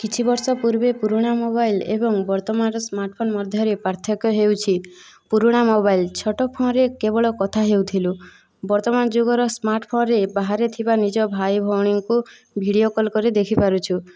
କିଛି ବର୍ଷ ପୂର୍ବେ ପୁରୁଣା ମୋବାଇଲ୍ ଏବଂ ବର୍ତ୍ତମାନର ସ୍ମାର୍ଟଫୋନ୍ ମଧ୍ୟରେ ପାର୍ଥକ୍ୟ ହେଉଛି ପୁରୁଣା ମୋବାଇଲ୍ ଛୋଟ ଫୋନରେ କେବଳ କଥା ହେଉଥିଲୁ ବର୍ତ୍ତମାନ ଯୁଗର ସ୍ମାର୍ଟଫୋନରେ ବାହାରେ ଥିବା ନିଜ ଭାଇ ଭଉଣୀଙ୍କୁ ଭିଡ଼ିଓ କଲ୍ କରି ଦେଖିପାରୁଛୁ